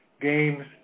Games